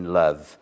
love